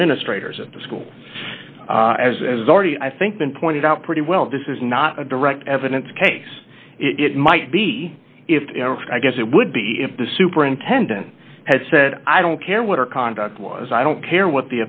administrators of the school as is already i think been pointed out pretty well this is not a direct evidence case it might be if i guess it would be if the superintendent had said i don't care what her conduct was i don't care what